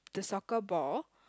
the soccer ball